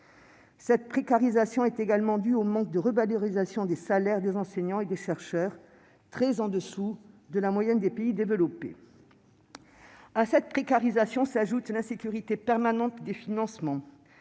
Cette précarisation est également due au manque de revalorisation des salaires des enseignants et des chercheurs, très au-dessous de la moyenne des pays développés. À cette précarisation s'ajoute l'insécurité permanente des financements,